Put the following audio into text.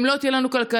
אם לא תהיה לנו כלכלה,